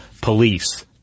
police